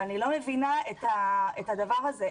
ואני לא מבינה את הדבר הזה,